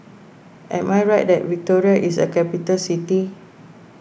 am I right that Victoria is a capital city